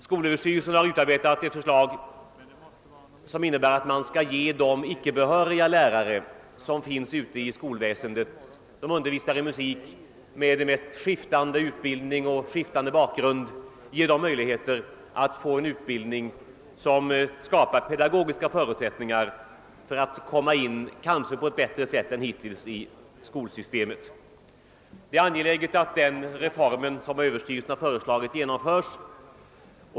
Skolöverstyrelsen har utarbetat ett förslag, som innebär att man skall ge de icke behöriga lärare inom skolväsendet, som undervisar i musik och har den mest skiftande utbildning och bakgrund, möjlighet att få en utbildning som skapar pedagogiska förutsättningar för att kanske på ett bättre sätt än hittills komma in i skolsystemet. Det är angeläget att den reform som Överstyrelsen föreslagit genomförs.